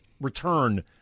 return